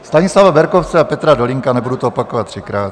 Stanislava Berkovce a Petra Dolínka, nebudu to opakovat třikrát.